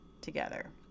together